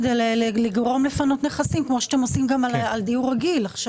כדי לגרום לפינוי נכסים; כמו שאתם עושים עכשיו גם על דיור רגיל.